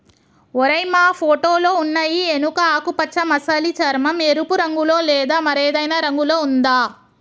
ఓరై మా ఫోటోలో ఉన్నయి ఎనుక ఆకుపచ్చ మసలి చర్మం, ఎరుపు రంగులో లేదా మరేదైనా రంగులో ఉందా